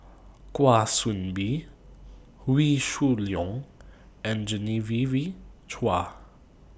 Kwa Soon Bee Wee Shoo Leong and Genevieve Chua